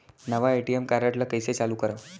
नवा ATM card ल कइसे चालू करव?